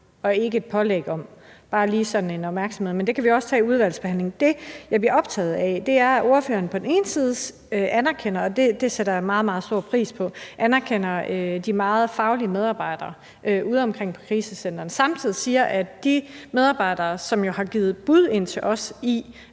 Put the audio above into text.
Det var bare lige sådan en opmærksomhed, men det kan vi også tage i udvalgsbehandlingen. Det, jeg bliver optaget af, er, at ordføreren på den ene side anerkender – og det sætter jeg meget, meget stor pris på – de mange faglige medarbejdere udeomkring på krisecentrene og på den anden side samtidig siger, at der er de medarbejdere, som jo har givet bud ind til os, i